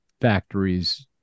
factories